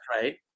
right